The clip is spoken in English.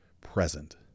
present